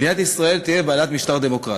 מדינת ישראל תהיה בעלת משטר דמוקרטי".